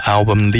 Album